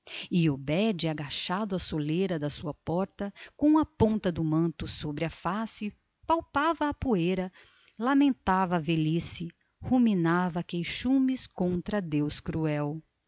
e obed agachado à soleira da sua porta com a ponta do manto sobre a face palpava a poeira lamentava a velhice ruminava queixumes contra deus cruel